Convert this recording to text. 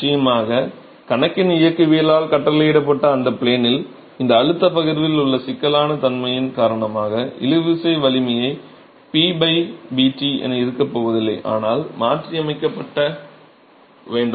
நிச்சயமாக கணக்கின் இயக்கவியலால் கட்டளையிடப்பட்ட அந்த ப்ளேனில் இந்த அழுத்த பகிர்வில் உள்ள சிக்கலான தன்மையின் காரணமாக இழுவிசை வலிமையை P b t என இருக்கப் போவதில்லை ஆனால் மாற்றியமைக்கப்பட வேண்டும்